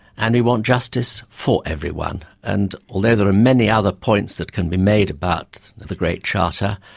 and we want justice for everyone. and although there are many other points that can be made about the great charter,